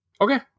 Okay